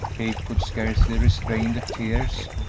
kate could scarcely restrain the tears,